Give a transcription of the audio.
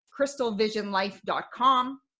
crystalvisionlife.com